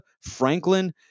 Franklin